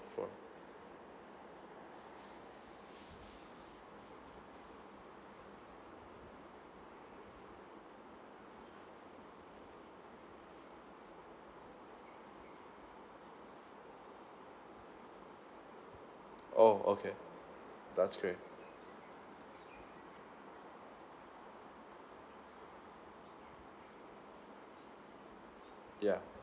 for oh okay that's great yeah